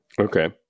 Okay